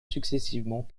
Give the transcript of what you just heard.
successivement